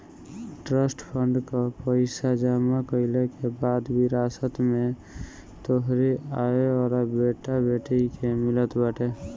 trust fund कअ पईसा जमा कईला के बाद विरासत में तोहरी आवेवाला बेटा बेटी के मिलत बाटे